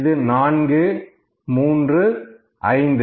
இது 4 இது 3 இது 5